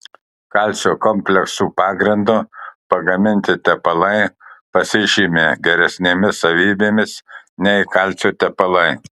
kalcio kompleksų pagrindu pagaminti tepalai pasižymi geresnėmis savybėmis nei kalcio tepalai